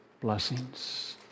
blessings